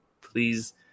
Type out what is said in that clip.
please